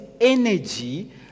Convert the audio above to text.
energy